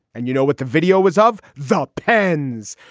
and you know what the video was of the pens,